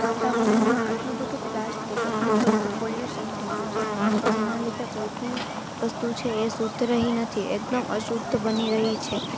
વાતવરણમાં આટલું બધું પ્લાસ્ટિક આટલું બધું પોલ્યુસન થઇ ગયું છે કે જેનાં લીધે કોઈ બી વસ્તુ છે એ શુદ્ધ રહી નથી એકદમ અશુદ્ધ બની રહી છે